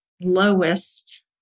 lowest